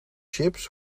chips